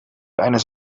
eines